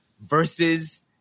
versus